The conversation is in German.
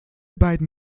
beiden